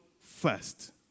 first